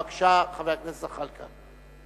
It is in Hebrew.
בבקשה, חבר הכנסת זחאלקה.